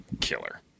killer